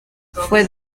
fue